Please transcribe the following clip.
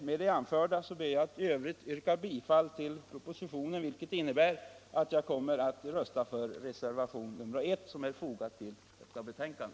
Med det anförda ber jag att få yrka bifall till reservationen, vilket innebär bifall till propositionens förslag.